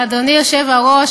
אדוני היושב-ראש,